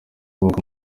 kubaka